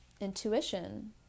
intuition